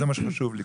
זה מה שחשוב לי,